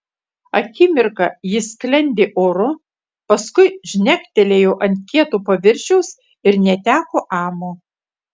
akimirką ji sklendė oru paskui žnektelėjo ant kieto paviršiaus ir neteko amo